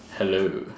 hello